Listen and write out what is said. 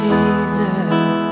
Jesus